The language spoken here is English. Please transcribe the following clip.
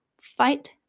fight